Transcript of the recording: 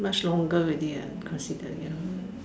much longer already ah considered ya